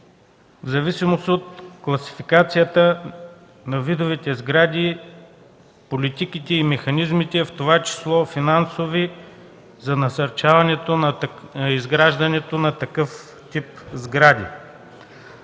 в зависимост от класификацията на видовете сгради, политиките и механизмите, в това число финансови, за насърчаването на изграждането на такъв тип сгради.